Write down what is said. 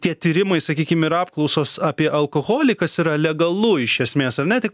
tie tyrimai sakykim ir apklausos apie alkoholį kas yra legalu iš esmės ar ne tik